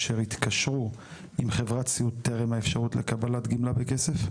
אשר התקשרו עם חברת סיעוד טרם האפשרות לקבלת גמלה בכסף?